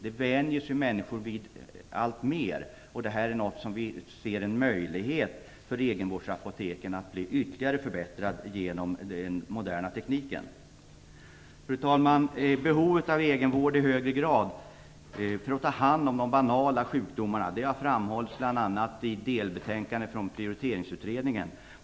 Här ser vi en möjlighet för egenvårdsapoteken till ytterligare förbättringar genom den moderna tekniken. Fru talman! Behovet av egenvård i högre grad för att ta hand om de banala sjukdomarna har framhållits bl.a. i ett delbetänkande från prioriteringsutredningen.